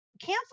cancel